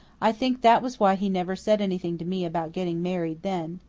i think that was why he never said anything to me about getting married then.